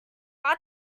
are